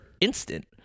instant